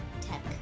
tech